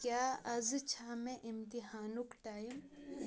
کیٛاہ اَزٕ چھا مےٚ اِمتحانُک ٹایم